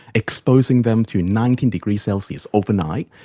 exposing them to nineteen degrees celsius overnight,